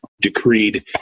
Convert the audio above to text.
decreed